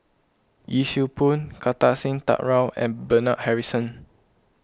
Yee Siew Pun Kartar Singh Thakral and Bernard Harrison